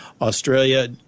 Australia